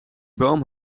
boom